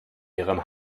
ihrem